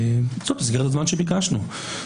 זו מסגרת הזמן שביקשנו.